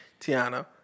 Tiana